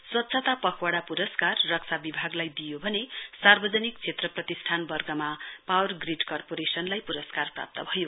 स्वच्छता पखवाड़ा पुरस्कार रक्षा विभागलाई दिइयो भने सार्वजनिक क्षेत्र प्रतिष्ठान वर्गमा पावर ग्रीड कारपोरेशनलाई पुरस्कार प्राप्त भयो